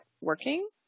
working